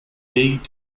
wege